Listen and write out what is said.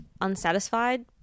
unsatisfied